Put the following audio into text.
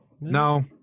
No